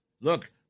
Look